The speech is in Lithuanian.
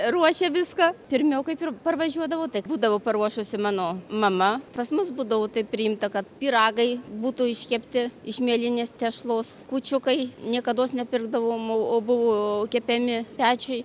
ruošia viską pirmiau kaip ir parvažiuodavau tai būdavo paruošusi mano mama pas mus būdavo taip priimta kad pyragai būtų iškepti iš mielinės tešlos kūčiukai niekados nepirkdavom o buvo kepemi pečiuj